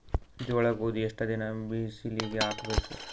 ಜೋಳ ಗೋಧಿ ಎಷ್ಟ ದಿನ ಬಿಸಿಲಿಗೆ ಹಾಕ್ಬೇಕು?